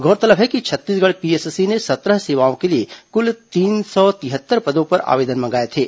गौरतलब है कि छत्तीसगढ़ पीएससी ने सत्रह सेवाओं के लिए कुल तीन सौ तिहत्तर पदों पर आवेदन मंगाए थे